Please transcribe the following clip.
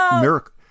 miracle